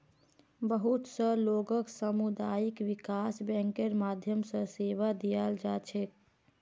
बहुत स लोगक सामुदायिक विकास बैंकेर माध्यम स सेवा दीयाल जा छेक